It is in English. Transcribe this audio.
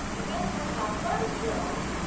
this was my first joke,